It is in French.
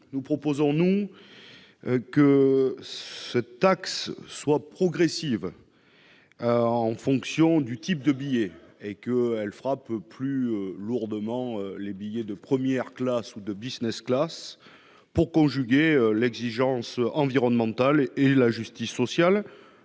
Nous proposons en effet que cette taxe soit progressive selon le type de billet et frappe plus lourdement les billets de première classe ou de «», pour conjuguer l'exigence environnementale avec la justice sociale.